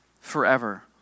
forever